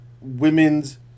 women's